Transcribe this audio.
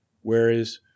whereas